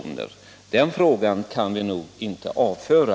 Den frågan kan vi nog inte avföra.